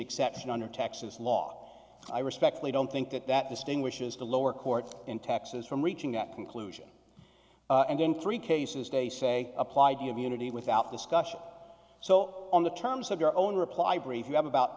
exception under texas law i respectfully don't think that that distinguishes the lower court in texas from reaching that conclusion and in three cases they say applied you have unity without discussion so on the terms of your own reply brief you have about